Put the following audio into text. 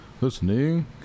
listening